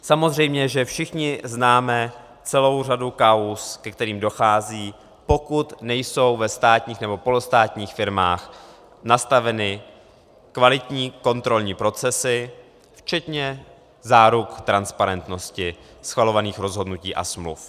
Samozřejmě že všichni známe celou řadu kauz, ke kterým dochází, pokud nejsou ve státních nebo polostátních firmách nastaveny kvalitní kontrolní procesy včetně záruk transparentnosti schvalovaných rozhodnutí a smluv.